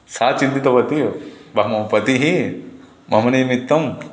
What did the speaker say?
सा चिन्तितवती मम पतिः मम निमित्तं